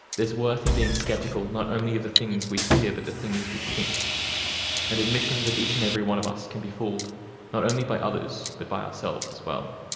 there's worth in being sceptical not only of the things we hear, but the things we think an admission that each and every one of us can be fooled not only by others, but by ourselves, as well.